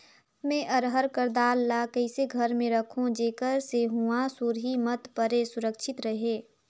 मैं अरहर कर दाल ला कइसे घर मे रखों जेकर से हुंआ सुरही मत परे सुरक्षित रहे?